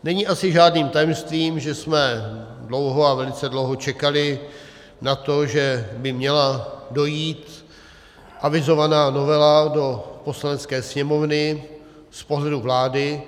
Není asi žádným tajemstvím, že jsme dlouho, a velice dlouho, čekali na to, že by měla dojít avizovaná novela do Poslanecké sněmovny z pohledu vlády.